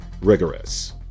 Rigorous